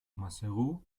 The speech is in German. maseru